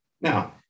Now